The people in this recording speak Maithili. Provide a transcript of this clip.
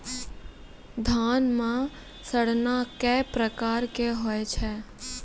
धान म सड़ना कै प्रकार के होय छै?